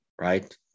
right